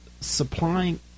supplying